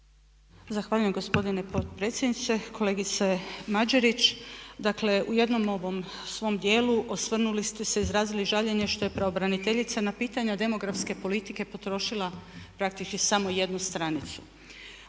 Zahvaljujem gospodine potpredsjedniče. Kolegice Mađerić, dakle u jednom ovom svom dijelu osvrnuli ste se, izrazili žaljenje što je pravobraniteljica na pitanja demografske politike potrošila praktički samo jednu stranicu.